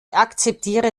akzeptiere